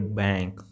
bank